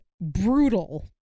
brutal